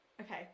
okay